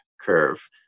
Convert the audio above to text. curve